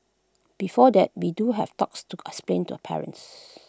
before that we do have talks to explain to parents